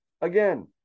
again